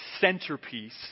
centerpiece